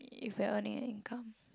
if we're earning an income